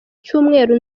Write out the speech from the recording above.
cyumweru